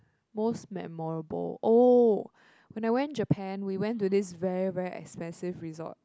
most memorable oh when I went Japan we went to this very very expensive resort